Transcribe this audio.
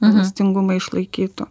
elastingumą išlaikytų